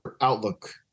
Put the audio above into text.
outlook